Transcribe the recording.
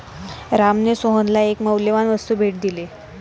रामने सोहनला एक मौल्यवान वस्तू भेट दिली